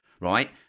Right